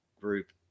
group